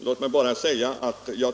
Herr talman!